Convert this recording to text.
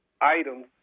items